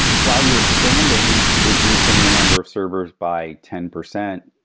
while you're expanding, reducing the number of servers by ten percent,